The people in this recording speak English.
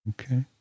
okay